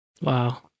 Wow